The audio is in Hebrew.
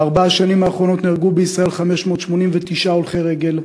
בארבע השנים האחרונות נהרגו בישראל 589 הולכי רגל,